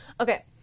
Okay